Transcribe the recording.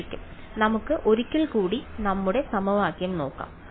അതിനാൽ നമുക്ക് ഒരിക്കൽ കൂടി നമ്മുടെ സമവാക്യം നോക്കാം